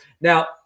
Now